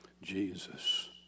Jesus